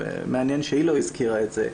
מעניין שהיא לא הזכירה את זה.